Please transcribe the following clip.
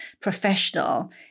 professional